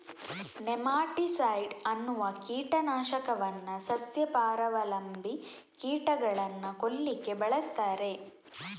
nematicide ಅನ್ನುವ ಕೀಟ ನಾಶಕವನ್ನ ಸಸ್ಯ ಪರಾವಲಂಬಿ ಕೀಟಗಳನ್ನ ಕೊಲ್ಲಿಕ್ಕೆ ಬಳಸ್ತಾರೆ